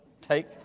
Take